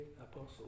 apostle